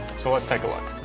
so let's take a look.